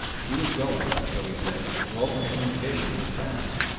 he was going, so he said, to open communications with france,